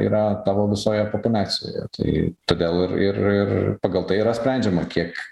yra tavo visoje populiacijoje tai todėl ir ir ir pagal tai yra sprendžiama kiek